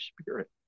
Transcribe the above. Spirit